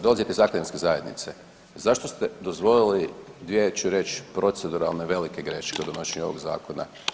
Dolazite iz akademske zajednice, zašto ste dozvolili dvije ću reći proceduralne velike greške u donošenju ovog zakona.